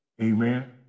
amen